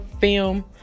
film